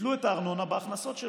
תתלו את הארנונה בהכנסות: